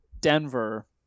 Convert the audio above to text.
Denver